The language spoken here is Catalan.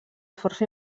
força